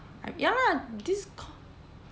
ya lah this co~